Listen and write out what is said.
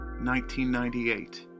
1998